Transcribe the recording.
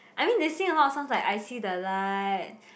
I mean they sing a lot of songs like I See the Light